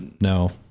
no